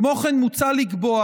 כמו כן, מוצע לקבוע